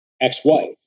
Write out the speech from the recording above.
ex-wife